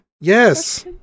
Yes